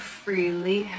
freely